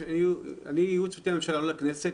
אני ייעוץ משפטי לממשלה, לא לכנסת.